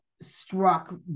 struck